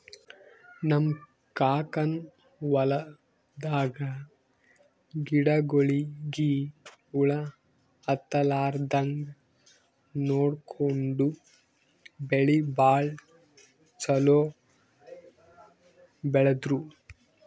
ನಮ್ ಕಾಕನ್ ಹೊಲದಾಗ ಗಿಡಗೋಳಿಗಿ ಹುಳ ಹತ್ತಲಾರದಂಗ್ ನೋಡ್ಕೊಂಡು ಬೆಳಿ ಭಾಳ್ ಛಲೋ ಬೆಳದ್ರು